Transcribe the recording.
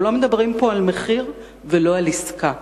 אנחנו לא מדברים פה על מחיר ולא על עסקה,